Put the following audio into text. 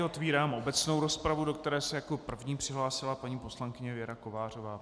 Otevírám obecnou rozpravu, do které se jako první přihlásila paní poslankyně Věra Kovářová.